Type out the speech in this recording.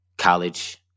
College